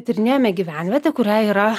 tyrinėjome gyvenvietę kuriai yra